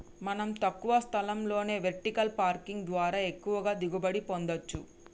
మనం తక్కువ స్థలంలోనే వెర్టికల్ పార్కింగ్ ద్వారా ఎక్కువగా దిగుబడి పొందచ్చు